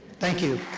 thank you.